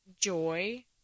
joy